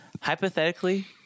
Hypothetically